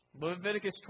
Leviticus